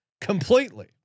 completely